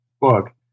book